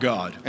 God